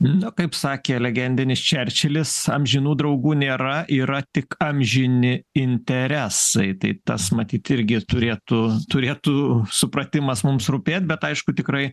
nu kaip sakė legendinis čerčilis amžinų draugų nėra yra tik amžini interesai tai tas matyt irgi turėtų turėtų supratimas mums rūpėt bet aišku tikrai